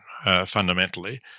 Fundamentally